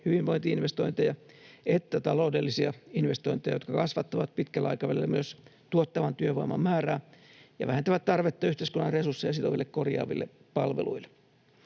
hyvinvointi-investointeja että taloudellisia investointeja, jotka kasvattavat pitkällä aikavälillä myös tuottavan työvoiman määrää ja vähentävät tarvetta yhteiskunnan resursseja sitoville korjaaville palveluille.